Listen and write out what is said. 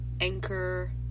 Anchor